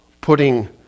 putting